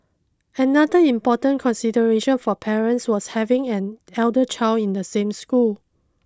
another important consideration for parents was having an elder child in the same school